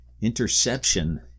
Interception